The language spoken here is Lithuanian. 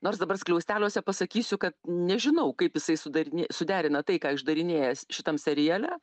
nors dabar skliausteliuose pasakysiu kad nežinau kaip jisai sudar suderina tai ką išdarinėja šitam seriale